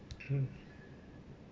hmm